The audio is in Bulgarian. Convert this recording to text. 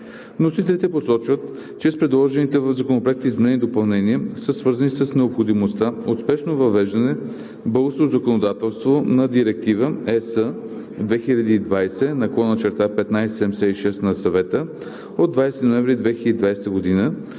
Вносителите посочват, че предложените в Законопроекта изменения и допълнения са свързани с необходимостта от спешно въвеждане в българското законодателство на Директива (ЕС) 2020/1756 на Съвета от 20 ноември 2020 г. за